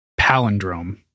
palindrome